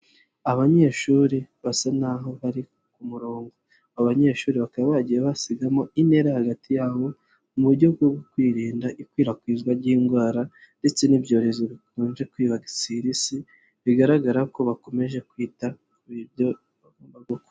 Abanyeshuri basa naho bari ku murongo, abanyeshuri bakaba bagiye basigamo intera hagati yabo mu buryo bwo kwirinda ikwirakwizwa ry'indwara ndetse n'ibyorezo bikunze kwibasira isi, bigaragara ko bakomeje kwita ku byo bagomba gukora.